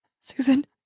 Susan